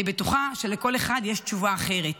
אני בטוחה שלכל אחד יש תשובה אחרת,